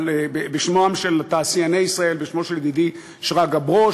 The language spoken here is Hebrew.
בשמם של תעשייני ישראל, בשמו של ידידי שרגא ברוש,